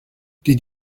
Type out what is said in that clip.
did